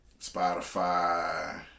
Spotify